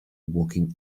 walking